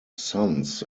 sons